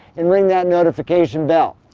and ring that notification bell.